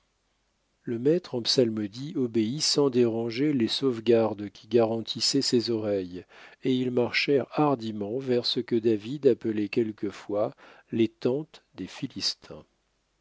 le maître en psalmodie obéit sans déranger les sauvegardes qui garantissaient ses oreilles et ils marchèrent hardiment vers ce que david appelait quelquefois les tentes des philistins